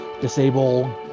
disable